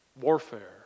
warfare